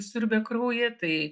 siurbia kraują tai